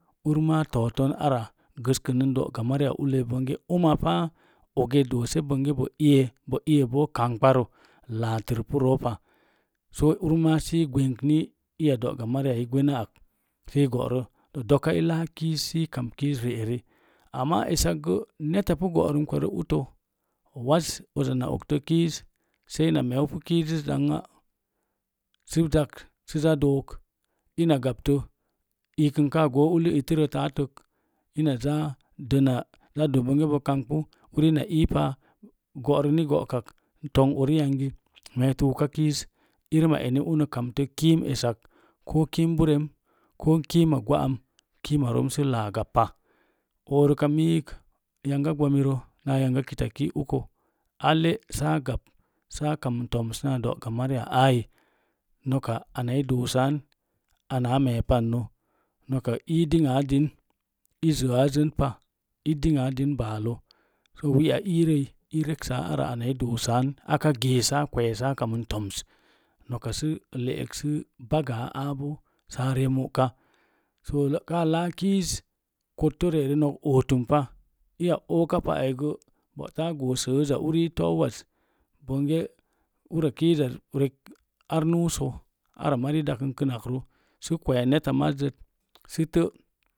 Urma to̱o̱ ton ara gəskən do'ga mariya ulləi uma paa ogedo̱o̱sə bongə bo iye bo, kangkpa rə. Laatən pu roopa sə ur mai gwenk ni iya do'ga mariya ni i gwen aka sə i go'ro doka i laa kiiz sə ri'eri amma esak gə neta pu go'rumkpa rə utto waz na okto kiiz sei ina meeu pu kiiziz zanna sə zak sə za do̱o̱ ina gaptə iikən kaa gook ullu ittirə taatə ina zaa dəna zaa doo bongə bo kangpku uri ina iipa go'ok ni go'kak tonkp uri yangi meetik oka kiiz irim a eki uki kamtə kiim esak koo kiim burəm koo kiima gwa'am kiima ro̱o̱m sə zaa gaupa oruka miik yanga gbamirə na yanga kita ki uko a le’ sa a gau sə a kanən to̱ms naa do'ga mariya aai no̱ka ana i doosaan anna a me̱e̱ pannə no̱ka ii i dinna ding i zəəaai zən pa i dinŋa ding baalə sə wi'a iirəi i reksaa ara ina do̱o̱ san a kwe̱e̱ sə a kamən to̱ms no̱ka sə lə'ək sə baga āā sə a rəə muka. Səə kaā lāā kiiz kotto ri'eri no̱k o̱o̱tumpa. Iya o̱o̱kapa aigə bota a goo səəza uri i to̱’ owaz bongə ura kiizaz rək ar núússə ara mari i dakən kənakrə sə kwee neta mazzət sə te'